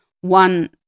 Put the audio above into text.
one